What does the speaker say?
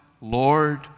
Lord